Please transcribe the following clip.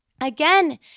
again